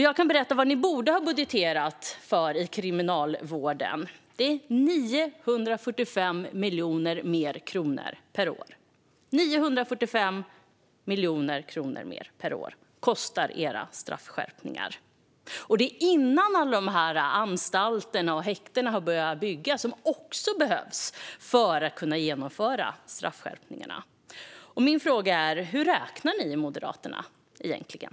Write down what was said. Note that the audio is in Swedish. Jag kan berätta vad ni borde ha budgeterat för Kriminalvården: 945 miljoner kronor mer per år. Era straffskärpningar kostar 945 miljoner mer per år, och det är innan alla de anstalter och häkten som behövs för att kunna genomföra straffskärpningarna har börjat byggas. Min fråga är: Hur räknar ni i Moderaterna egentligen?